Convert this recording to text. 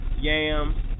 Yam